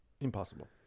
Impossible